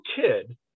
kid